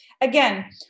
Again